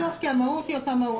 זה רק ניסוח, כי המהות היא אותה מהות.